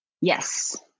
Yes